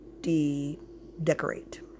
de-decorate